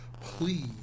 please